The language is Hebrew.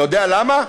אתה יודע למה?